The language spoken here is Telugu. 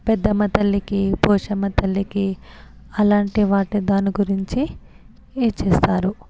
పెద్దమ్మ తల్లికి పోచమ్మ తల్లికి అలాంటి వాటి దాని గురించి ఈ చేస్తారు